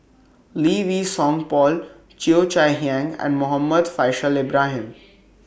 Lee Wei Song Paul Cheo Chai Hiang and Muhammad Faishal Ibrahim